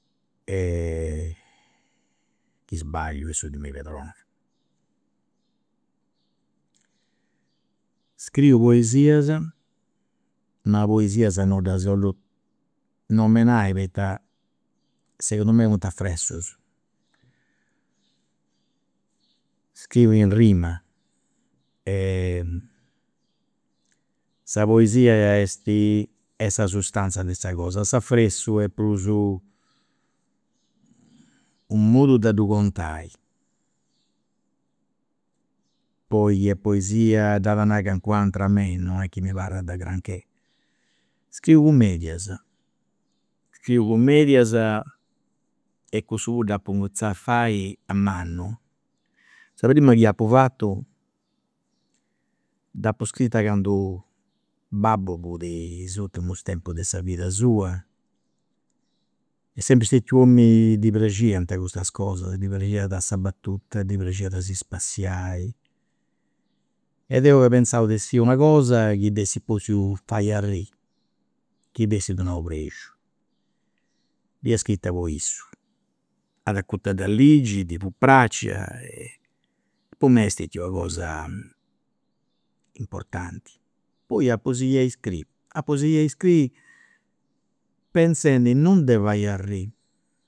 is sballius chi mi perdonat. Scriu poesias, ma poesias non ddas 'ollu nomenai poita afressus, scriu in rima e sa poesia est est sa sustanzia de sa cosa, s'afressus est prus unu modu de ddu contai. poi chi est poesia dd'at nai calincun'ateru a mei, non est chi mi parrat de granchè. Scriu comedias, scriu comedias e cussu puru dd'apu cuminzau a fai a mannu. Sa prima chi apu fatu dd'apu scritta candu babbu fiat a is urtimus tempus de sa vida sua, est sempri stetiu u' omini chi ddi praxiant custas cosas, ddi praxiat sa battuta, ddi praxiat a si spassiai, e deu pentzà de scriri una cosa chi dd'essi potziu fai arriri, chi dd'essi donau prexiu. Dd'ia scrita po issu, at acutu a dda ligi, ddi fut praxia e po mei est stetia una cosa importanti. Poi apu sighiu a iscriri, apu sighiu a iscriri penzendi non de fai arriri